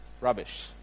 rubbish